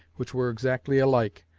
which were exactly alike,